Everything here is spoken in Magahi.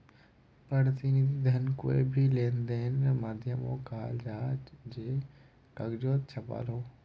प्रतिनिधि धन कोए भी लेंदेनेर माध्यामोक कहाल जाहा जे कगजोत छापाल हो